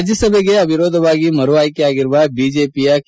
ರಾಜ್ಞಸಭೆಗೆ ಅವಿರೋಧವಾಗಿ ಮರು ಆಯ್ಲೆಯಾಗಿರುವ ಬಿಜೆಪಿಯ ಕೆ